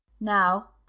now